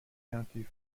county